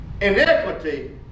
iniquity